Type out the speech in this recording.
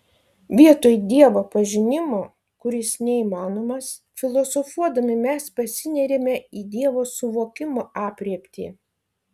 vietoj dievo pažinimo kuris neįmanomas filosofuodami mes pasineriame į dievo suvokimo aprėptį